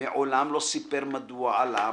מעולם לא סיפר / מדוע עלה,